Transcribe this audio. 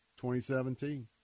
2017